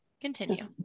continue